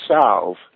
solve